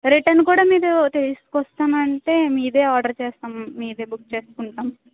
return కూడా మీరు తీసుకొస్తానంటే మీదే ఆర్డర్ చేస్తాము మీదే బుక్ చేసుకుంటాము